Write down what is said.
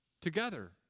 together